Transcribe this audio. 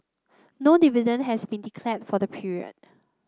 no dividend has been declared for the period